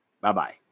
Bye-bye